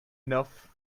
enough